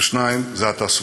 והשני זה התעסוקה.